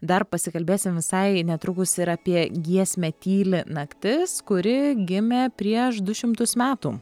dar pasikalbėsim visai netrukus ir apie giesmę tyli naktis kuri gimė prieš du šimtus metų